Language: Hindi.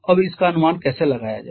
अब इसका अनुमान कैसे लगाया जाए